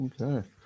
Okay